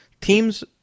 Teams